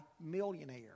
millionaire